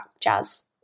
jazz